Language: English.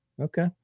okay